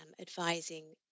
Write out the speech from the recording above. advising